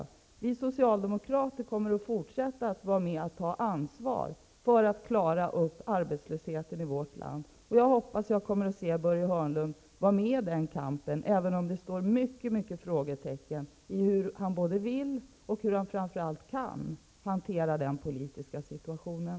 Vi socialdemokrater kommer att fortsätta att vara med om att ta ansvar för att klara arbetslösheten i vårt land. Jag hoppas att jag kommer att se Börje Hörnlund vara med i den kampen, även om det finns många, många frågetecken om hur han vill och framför allt kan hantera den politiska situationen.